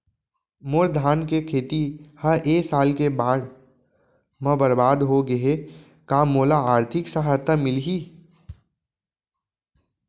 मोर धान के खेती ह ए साल के बाढ़ म बरबाद हो गे हे का मोला आर्थिक सहायता मिलही?